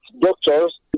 doctors